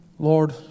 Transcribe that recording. Lord